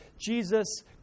Jesus